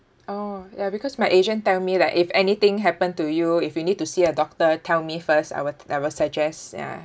orh ya because my agent tell me like if anything happen to you if you need to see a doctor tell me first I would I will suggest ya